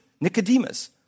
Nicodemus